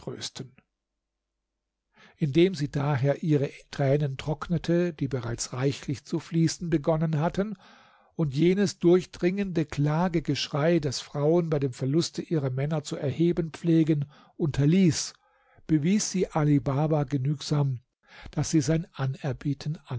trösten indem sie daher ihre tränen trocknete die bereits reichlich zu fließen begonnen hatten und jenes durchdringende klagegeschrei das frauen bei dem verluste ihrer männer zu erheben pflegen unterließ bewies sie ali baba genugsam daß sie sein anerbieten